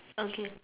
okay